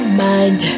mind